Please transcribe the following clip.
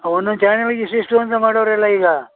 ಒಂದೊಂದು ಚಾನಲ್ಲಿಗೆ ಇಷ್ಟಿಷ್ಟು ಅಂತ ಮಾಡವ್ರಲ್ಲ ಈಗ